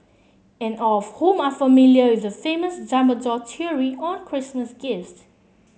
and all of whom are familiar with the famous Dumbledore theory on Christmas gifts